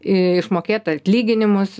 išmokėt atlyginimus